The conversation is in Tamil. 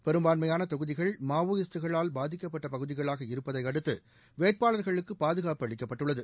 பெரும்பான்மையான தொகுதிகள் மாவோயிஸ்ட்டுகளால் பாதிக்கப்பட்ட பகுதிகளாக இருப்பதை அடுத்து வேட்பாளர்களுக்கு பாதுகாப்பு அளிக்கப்பட்டுள்ளது